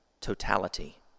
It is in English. totality